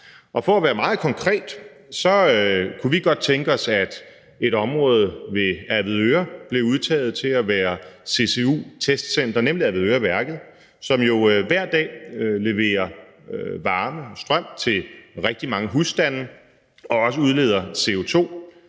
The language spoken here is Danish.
For at være meget konkret kunne vi godt tænke os, at et område ved Avedøre blev udtaget til at være ccu-testcenter, nemlig Avedøreværket, som jo hver dag leverer varme og strøm til rigtig mange husstande og også udleder CO2